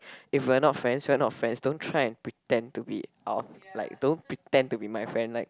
if we are not friends we are not friends don't try and pretend to be uh like don't pretend to be my friend like